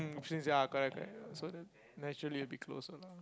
since ya correct correct so naturally a bit closer lah